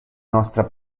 nostra